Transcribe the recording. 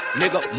nigga